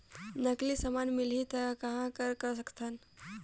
नकली समान मिलही त कहां कर सकथन?